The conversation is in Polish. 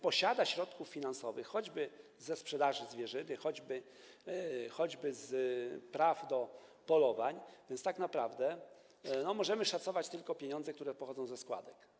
posiada środków finansowych choćby ze sprzedaży zwierzyny, choćby z praw do polowań, to tak naprawdę możemy oszacować tylko pieniądze, które pochodzą ze składek.